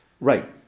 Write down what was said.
Right